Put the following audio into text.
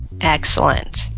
Excellent